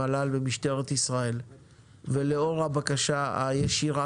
המל"ל ומשטרת ישראל ולאור הבקשה הישירה